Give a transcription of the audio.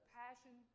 passion